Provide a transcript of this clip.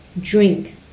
drink